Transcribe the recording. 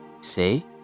Say